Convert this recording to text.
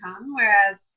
whereas